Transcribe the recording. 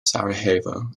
sarajevo